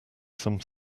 some